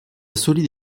solide